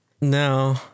No